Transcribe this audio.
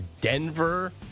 Denver